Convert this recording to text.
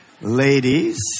Ladies